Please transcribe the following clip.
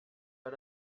pas